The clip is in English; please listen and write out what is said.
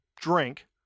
drink